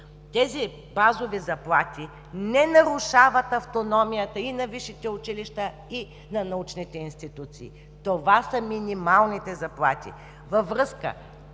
Тези базови заплати не нарушават автономията и на висшите училища, и на научните институции. Това са минималните заплати.